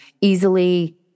easily